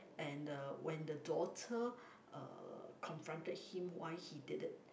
and uh when the daughter uh confronted him why he did it